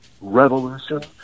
revolution